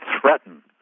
threaten